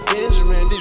Benjamin